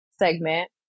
segment